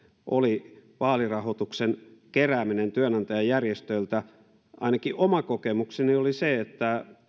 oli vaalirahoituksen kerääminen työnantajajärjestöiltä ainakin oma kokemukseni oli se että